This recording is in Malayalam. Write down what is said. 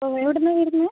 ഓ എവിടന്നാ വരുന്നത്